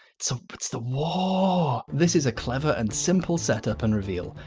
so it's the war. this is a clever and simple setup and reveal.